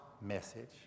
message